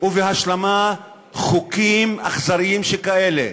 ובהשלמה חוקים אכזריים שכאלה.